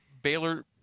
Baylor